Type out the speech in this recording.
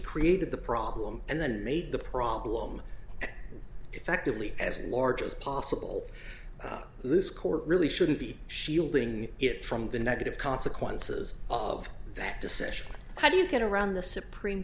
created the problem and then made the problem effectively as large as possible this court really shouldn't be shielding it from the negative consequences of that decision how do you get around the supreme